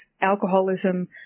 alcoholism